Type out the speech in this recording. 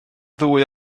ddwy